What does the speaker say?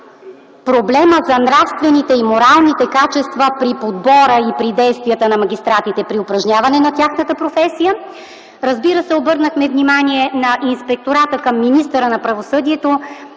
проблема за нравствените и моралните качества при подбора и при действията на магистратите при упражняване на тяхната професия. Разбира се, обърнахме внимание на Инспектората към министъра на правосъдието,